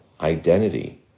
identity